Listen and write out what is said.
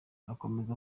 akomeza